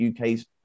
UK's